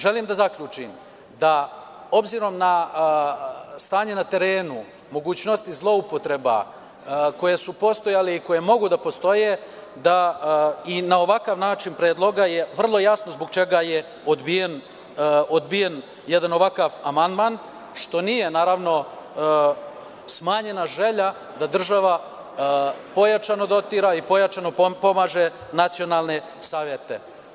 Želim da zaključim da, obzirom na stanje na terenu, mogućnosti zloupotreba koje su postojale i koje mogu da postoje, da i na ovakav način predloga je vrlo jasno zbog čega je odbijen jedan ovakav amandman, što nije naravno smanjena želja da država pojačano dotira i pojačano pomaže Nacionalne savete.